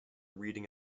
reading